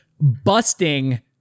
busting